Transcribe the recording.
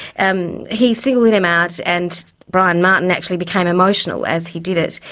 and he singled him out and brian martin actually became emotional as he did it,